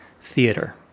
theater